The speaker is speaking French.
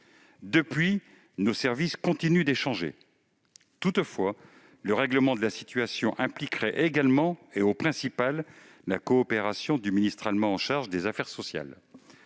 Depuis, nos services continuent d'échanger. Toutefois, le règlement de la situation impliquerait également, et au principal, la coopération du ministère allemand chargé des affaires sociales.